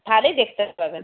তাহলেই দেখতে পাবেন